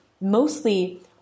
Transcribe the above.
mostly